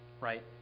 right